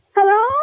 Hello